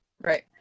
Right